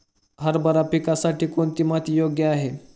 हरभरा पिकासाठी कोणती माती योग्य आहे?